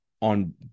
on